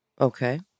Okay